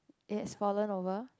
it has fallen over